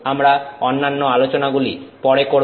আমরা অন্যান্য আলোচনাগুলি পরে করব